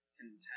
content